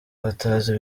batazi